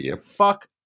Fuck